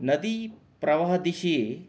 नदी प्रवहदिशि